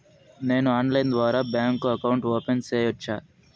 నేను ఆన్లైన్ ద్వారా bank account open సేయొచ్చా?